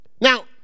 Now